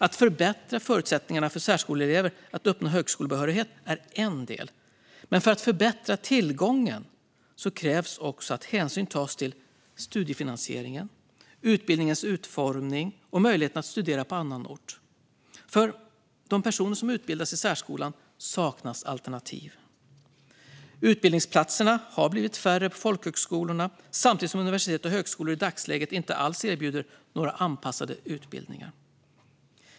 Att förbättra förutsättningarna för särskoleelever att uppnå högskolebehörighet är en del. Men för att förbättra tillgången krävs också att hänsyn tas till studiefinansieringen, utbildningens utformning och möjligheten att studera på annan ort. För de personer som utbildats i särskolan saknas alternativ. Utbildningsplatserna har blivit färre på folkhögskolorna, samtidigt som universitet och högskolor i dagsläget inte alls erbjuder några anpassade utbildningar.